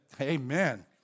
Amen